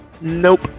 Nope